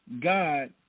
God